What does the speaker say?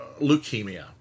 leukemia